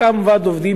קם ועד עובדים,